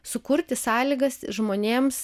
sukurti sąlygas žmonėms